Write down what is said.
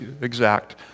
exact